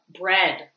bread